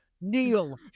Neil